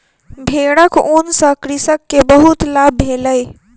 भेड़क ऊन सॅ कृषक के बहुत लाभ भेलै